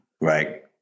right